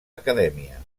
acadèmia